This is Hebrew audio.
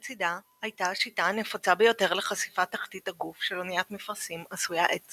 הייתה השיטה הנפוצה ביותר לחשיפת תחתית הגוף של אוניית מפרשים עשויה עץ